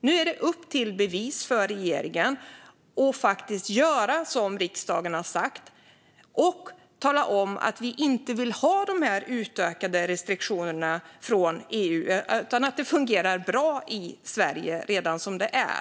Nu är det upp till bevis för regeringen att faktiskt göra som riksdagen har sagt och tala om att vi inte vill ha dessa utökade restriktioner från EU utan att det redan fungerar bra i Sverige som det är.